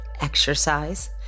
exercise